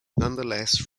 nonetheless